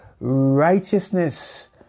Righteousness